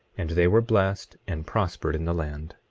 and they were blessed, and prospered in the land.